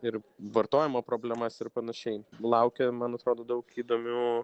ir vartojimo problemas ir panašiai laukia man atrodo daug įdomių